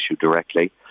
directly